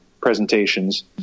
presentations